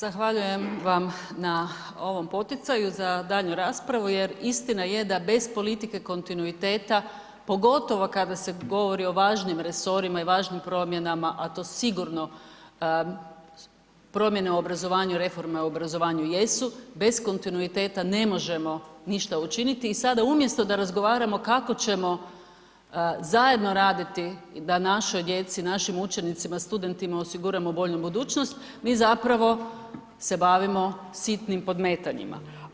Zahvaljujem vam na ovom poticaju za daljnju raspravu jer istina je da bez politike kontinuiteta, pogotovo kada se govori o važnim resorima i važnim promjenama, a to sigurno promjene u obrazovanju i reforme u obrazovanju jesu, bez kontinuiteta ne možemo ništa učiniti i sada umjesto da razgovaramo kako ćemo zajedno raditi da našoj djeci, našim učenicima, studentima osiguramo bolju budućnost, mi zapravo se bavimo sitnim podmetanjima.